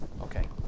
okay